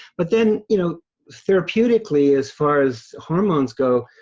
but then, you know therapeutically, as far as hormones go,